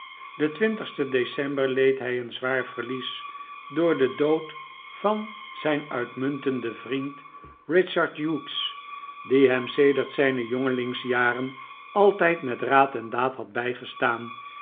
den sten december leed hij een zwaar verjozef geimaldi lies door den dood van zijn uitmuntenden vriend richard hughes die hem sedert zijne jongelingsjaren altijd met raad en daad had bijgestaan